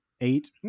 eight